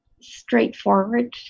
straightforward